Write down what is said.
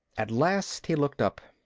at last he looked up.